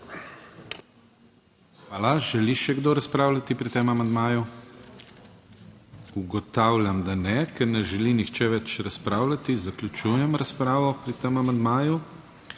Hvala. Želi še kdo razpravljati pri tem amandmaju? Ugotavljam, da ne. Ker ne želi nihče več razpravljati, zaključujem razpravo. Prehajamo